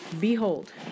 Behold